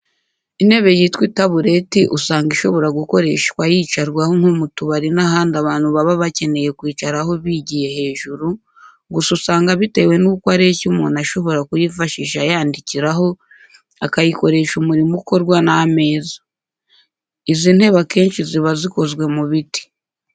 Intebe yitwa itabureti, usanga ishobora gukoreshwa yicarwaho nko mu tubari n'ahandi abantu baba bakeneye kwicara bigiye hejuru, gusa usanga bitewe n'uko ireshya umuntu ashobora kuyifashisha ayandikiraho, akayikoresha umurimo ukorwa n'ameza. Izi ntebe akenshi ziba zikozwe mu biti.